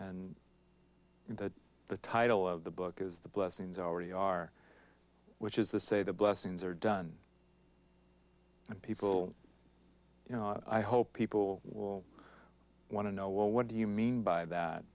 and the title of the book is the blessings already are which is the say the blessings are done and people you know i hope people will want to know well what do you mean by that